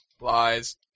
Lies